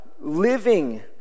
living